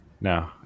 No